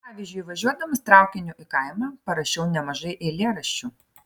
pavyzdžiui važiuodamas traukiniu į kaimą parašiau nemažai eilėraščių